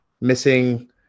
missing